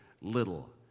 little